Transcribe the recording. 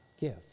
give